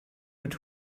mit